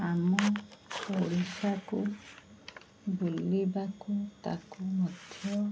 ଆମ ଓଡ଼ିଶାକୁ ବୁଲିବାକୁ ତାକୁ ମଧ୍ୟ